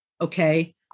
Okay